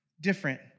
different